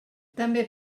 també